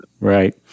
right